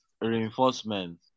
reinforcement